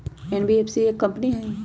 NBFC एक company हई?